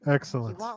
Excellent